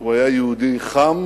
הוא היה יהודי חם